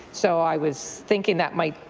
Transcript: so i was thinking that might,